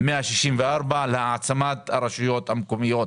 164 מיליון להעצמת הרשויות המקומיות.